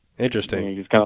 Interesting